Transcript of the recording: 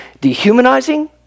dehumanizing